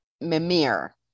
mimir